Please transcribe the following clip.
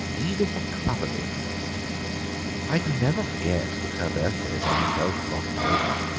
editha clubberley, for instance i can never forget that her birthday is on the twelfth of october.